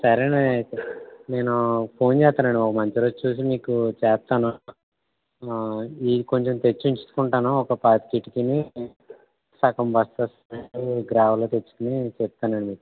సరేలే అయితే నేను ఫోన్ చేస్తానండి ఓ మంచి రోజు చూసి మీకు చేస్తాను ఇవి కొంచం తెచ్చి ఉంచుకుంటాను ఓ పాతిక ఇటుకనీ సగం బస్తా గ్రావెలు తెచ్చుకొని చెప్తానండి